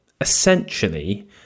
essentially